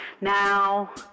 now